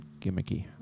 gimmicky